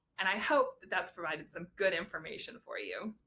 and i hope that that's provided some good information for you!